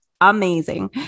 amazing